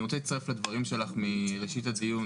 אני רוצה להצטרף לדברים שלך מראשית הדיון,